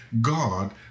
God